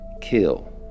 kill